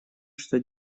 что